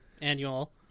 annual